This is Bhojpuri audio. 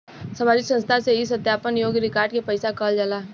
सामाजिक संस्था से ई सत्यापन योग्य रिकॉर्ड के पैसा कहल जाला